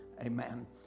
Amen